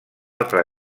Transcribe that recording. altra